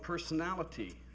personality